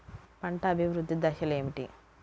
పంట అభివృద్ధి దశలు ఏమిటి?